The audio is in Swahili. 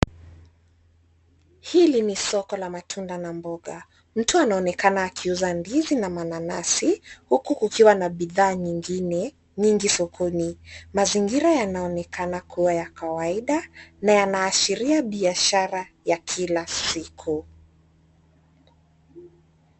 Hili ni soko la matunda na mboga. Mtu anaonekana akiuza ndizi na mananasi huku kukiwa na bidhaa nyingi sokoni. Mazingira yanaonekana kuwa ya kawaida na yanaashiria biashara ya kila siku.